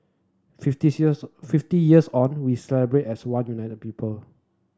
fifty fifty years on we celebrate as one united people